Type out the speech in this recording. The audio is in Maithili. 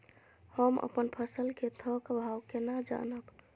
हम अपन फसल कै थौक भाव केना जानब?